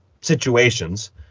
situations